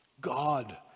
God